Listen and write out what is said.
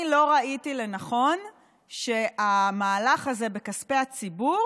אני לא ראיתי לנכון שהמהלך הזה בכספי הציבור